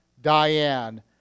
Diane